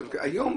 היום,